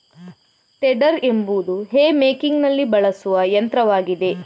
tedder ಎಂಬುದು hay ಮೇಕಿಂಗಿನಲ್ಲಿ ಬಳಸುವ ಯಂತ್ರವಾಗಿದೆ